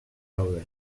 daude